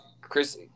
Chris